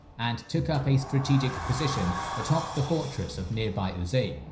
and took up a strategic position atop the fortress of nearby uzeib.